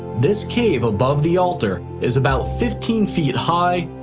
this cave above the altar is about fifteen feet high,